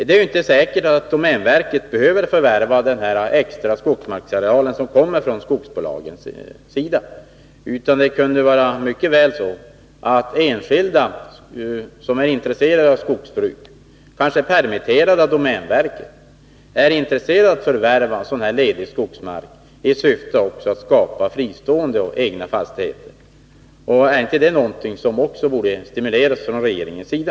Det är ju inte säkert att domänverket behöver förvärva den extra skogsareal som bjuds ut från skogsbolagen, utan det kan mycket väl vara så att enskilda — kanske permitterade av domänverket — är intresserade av att förvärva sådan ledig skogsmark i syfte att skapa fristående egna fastigheter. Är inte det någonting som också borde stimuleras från regeringens sida?